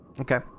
Okay